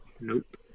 Nope